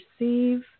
receive